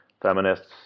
feminists